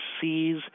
sees